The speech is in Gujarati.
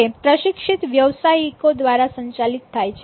તે પ્રશિક્ષિત વ્યાવસાયિકો દ્વારા સંચાલિત થાય છે